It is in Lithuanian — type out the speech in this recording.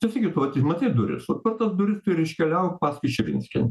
taip sakytų vat matai duris vat per tas duris tu ir iškeliauk paskui širinskienę